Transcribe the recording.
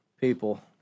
People